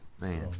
Man